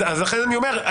אז לכן אני אומר,